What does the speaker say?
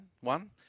One